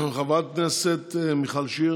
חברת הכנסת מיכל שיר